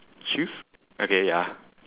shoes okay ya